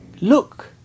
Look